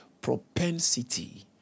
propensity